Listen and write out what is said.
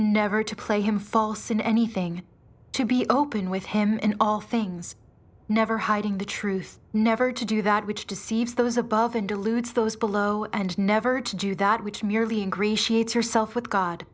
never to play him false in anything to be open with him in all things never hiding the truth never to do that which deceives those above and deludes those below and never to do that which merely ingratiate yourself with god